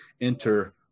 enter